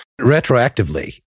Retroactively